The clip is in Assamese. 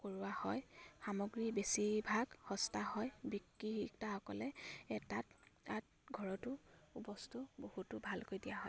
কৰোৱা হয় সামগ্ৰী বেছিভাগ সস্তা হয় বিক্ৰেতাসকলে তাত তাত ঘৰতো বস্তু বহুতো ভালকৈ দিয়া হয়